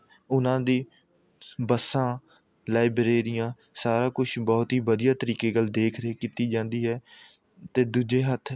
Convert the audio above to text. ਉਹਨਾਂ ਦੀ ਬੱਸਾਂ ਲਾਇਬ੍ਰੇਰੀਆਂ ਸਾਰਾ ਕੁੱਛ ਬਹੁਤ ਹੀ ਵਧੀਆ ਤਰੀਕੇ ਨਾਲ ਦੇਖ ਰੇਖ ਕੀਤੀ ਜਾਂਦੀ ਹੈ ਅਤੇ ਦੂਜੇ ਹੱਥ